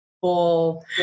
full